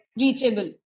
reachable